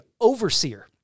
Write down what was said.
overseer